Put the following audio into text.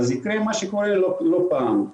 יקרה מה שקורה לא פעם,